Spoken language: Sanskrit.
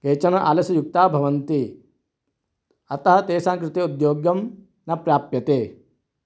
केचन आलस्ययुक्ताः भवन्ति अतः तेषां कृते उद्योग्यः न प्राप्यते